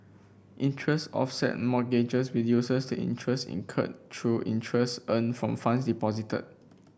interest offset mortgages reduces the interest incurred through interest earned from funds deposited